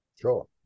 Sure